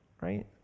right